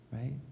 right